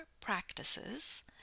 practices